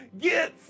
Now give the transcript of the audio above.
Get